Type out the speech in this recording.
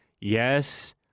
Yes